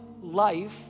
life